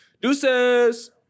Deuces